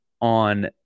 on